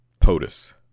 POTUS